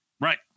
right